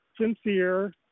sincere